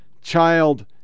child